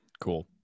Cool